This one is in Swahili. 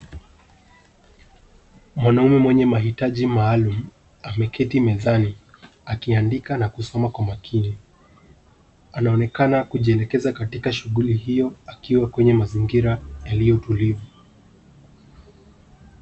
Mwanaume mwenye mahitaji maalum ameketi mezani akiandika na kusoma kwa makini. Anaonekana kujielekeza katika shughuli hiyo akiwa kwenye mazingira yaliyo tulivu.